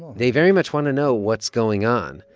they very much want to know what's going on,